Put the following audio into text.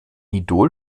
idol